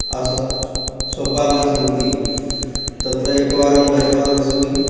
आसीत् सोपानानि सन्ति तत्र एकवारं गतवान् अस्मि